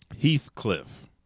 Heathcliff